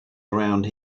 around